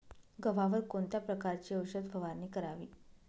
गव्हावर कोणत्या प्रकारची औषध फवारणी करावी?